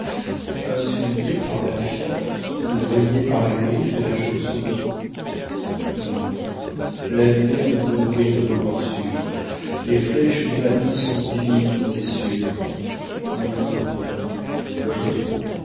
insulté par la fiente ou rayé par la griffe de la chauve-souris non l'avenir ne peut mourir de vos morsures les flèches du matin sont divines et sûres nous vaincrons nous voyons